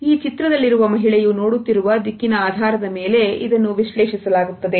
ಹಿತಾಯ ಚಿತ್ರದಲ್ಲಿರುವ ಮಹಿಳೆಯು ನೋಡುತ್ತಿರುವ ದಿಕ್ಕಿನ ಆಧಾರದ ಮೇಲೆ ಇದನ್ನು ವಿಶ್ಲೇಷಿಸಲಾಗುತ್ತದೆ